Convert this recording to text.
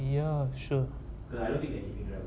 ya sure